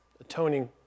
atoning